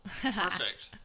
perfect